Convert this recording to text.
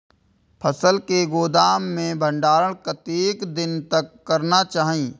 फसल के गोदाम में भंडारण कतेक दिन तक करना चाही?